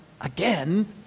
again